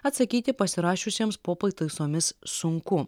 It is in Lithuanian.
atsakyti pasirašiusiems po pataisomis sunku